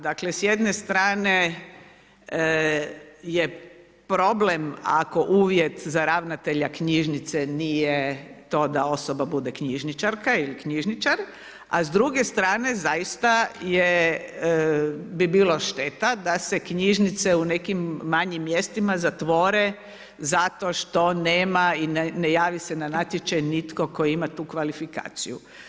Dakle s jedne strane je problem ako uvjet za ravnatelja knjižnice nije to da osoba bude knjižničarka ili knjižničar, a s druge strane zaista bi bila šteta da se knjižnice u nekim manjim mjestima zatvore, zato što nema i ne javi se na natječaj nitko tko ima tu kvalifikaciju.